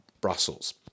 Brussels